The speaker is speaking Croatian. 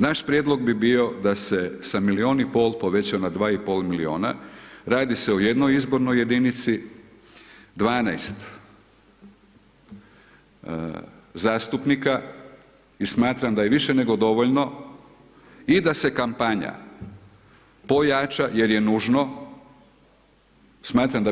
Naš prijedlog bi bio da se sa 1.500.000 poveća na 2.500.000 radi se o jednoj izbornoj jedinici, 12 zastupnika i smatram da je više nego dovoljno i da se kampanja pojača jer je nužno, smatram